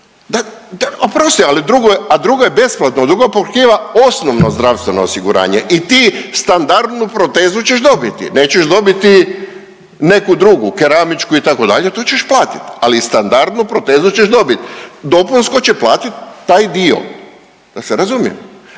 drugo je besplatno, drugo pokriva osnovno zdravstveno osiguranje i ti standardnu protezu ćeš dobiti. Nećeš dobiti neku drugu keramičku itd., to ćeš platiti, ali standardnu protezu ćeš dobit, dopunsko će platiti taj dio, da se razumijemo.